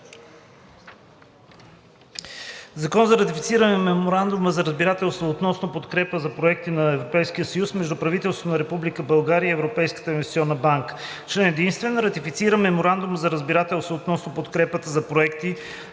„Закон за ратифициране на Меморандума за разбирателство относно подкрепа за проекти на Европейския съюз между правителството на Република България и Европейската инвестиционна банка. Член единствен. Ратифицира Меморандума за разбирателство относно подкрепа за проекти